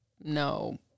no